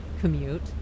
commute